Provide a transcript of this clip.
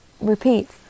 repeat